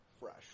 fresh